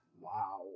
Wow